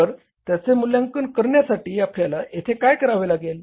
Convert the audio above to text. तर त्याचे मूल्यांकन करण्यासाठी आपल्याला येथे काय करावे लागेल